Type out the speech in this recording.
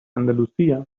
andalusia